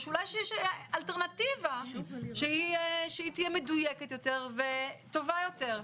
אולי יש אלטרנטיבה שהיא תהיה מדויקת יותר וטובה יותר.